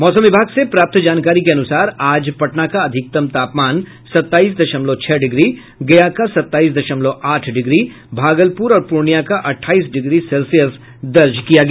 मौसम विभाग से प्राप्त जानकारी के अनुसार आज पटना का अधिकतम तापमान सताईस दशमलव छह डिग्री गया का सताईस दशमलव आठ डिग्री भागलपुर और पूर्णिया का अठाईस डिग्री सेल्सियस दर्ज किया गया